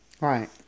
Right